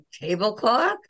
tablecloth